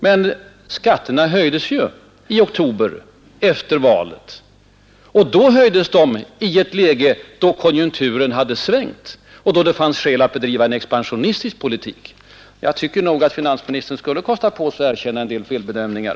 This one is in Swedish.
Men skatterna höjdes ju i oktober — efter valet — och då höjdes de i ett läge då konjunkturen redan börjat svänga och då det fanns skäl att bedriva en expansionistisk politik. Jag tycker nog att finansministern skulle kosta på sig att erkänna en del felbedömningar.